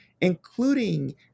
including